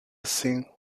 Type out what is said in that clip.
sin